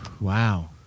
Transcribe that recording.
Wow